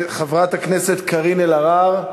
חברת הכנסת קארין אלהרר,